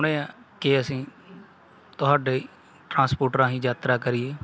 ਆਪਣੇ ਕਿ ਅਸੀਂ ਤੁਹਾਡੇ ਟਰਾਂਸਪੋਰਟ ਰਾਹੀਂ ਯਾਤਰਾ ਕਰੀਏ